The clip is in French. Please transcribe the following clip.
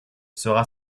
sera